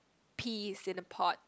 peas in a pot